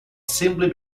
simply